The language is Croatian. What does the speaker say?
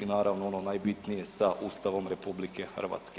i naravno ono najbitnije sa Ustavom RH.